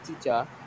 teacher